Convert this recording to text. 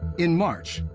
in march,